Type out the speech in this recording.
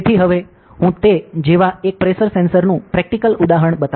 તેથી હવે હું તે જેવા એક પ્રેશર સેન્સરનું પ્રેક્ટિકલ ઉદાહરણ બતાવીશ